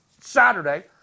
Saturday